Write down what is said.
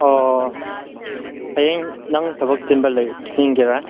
ꯑꯣ ꯍꯌꯦꯡ ꯅꯪ ꯊꯕꯛ ꯆꯤꯟꯕ ꯂꯩꯕ꯭ꯔꯥ ꯌꯦꯡꯒꯦꯔꯥ